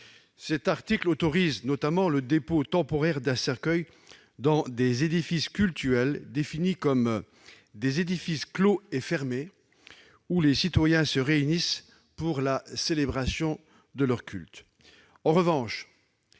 Cet article autorise notamment le dépôt temporaire d'un cercueil dans des édifices « cultuels », définis comme des édifices « clos et fermés où les citoyens se réunissent pour la célébration de leur culte ». En revanche,